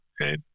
Okay